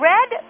Red